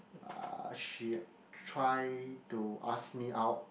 uh she try to ask me out